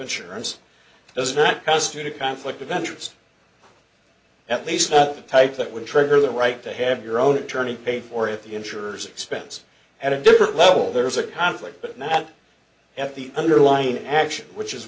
insurance does not constitute a conflict of interest at least not the type that would trigger the right to have your own attorney paid for at the insurers expense at a different level there is a conflict but that at the underlying action which is